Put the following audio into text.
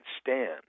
stand